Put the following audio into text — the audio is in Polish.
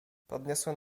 podniosłem